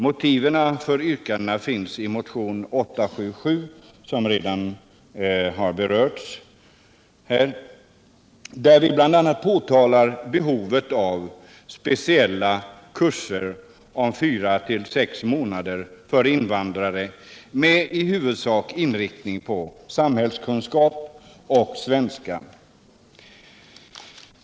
Motiven för yrkandet finns i motionen 877, som redan har berörts här. I denna motion pekar vi bl.a. på behovet av speciella kurser om 4-6 månader för invandrare med i huvudsak inriktning på samhällskunskap och svenska.